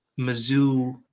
Mizzou